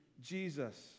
Jesus